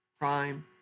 crime